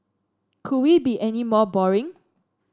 could we be any more boring